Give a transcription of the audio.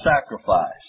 sacrifice